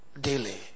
daily